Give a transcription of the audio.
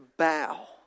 bow